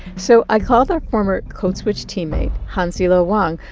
so i called our former code switch teammate, hansi lo wang,